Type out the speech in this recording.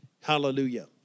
Hallelujah